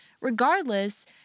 Regardless